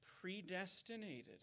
predestinated